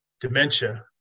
dementia